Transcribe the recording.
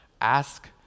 ask